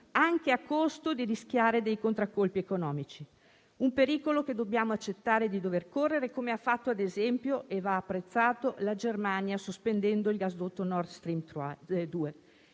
anche a costo di rischiare dei contraccolpi economici; un pericolo che dobbiamo accettare di dover correre, come ha fatto - ad esempio - e va apprezzata, la Germania, sospendendo il gasdotto Nord Stream 2